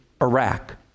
Iraq